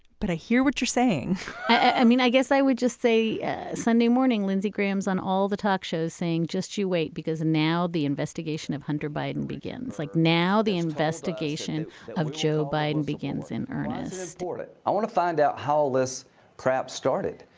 but i hear what you're saying i mean, i guess i would just say sunday morning, lindsey graham's on all the talk shows saying just you wait, because now the investigation of hunter biden begins like now the investigation of joe biden begins in earnest store it. i want to find out how all this crap started.